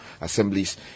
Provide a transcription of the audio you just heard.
assemblies